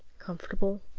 comfortable,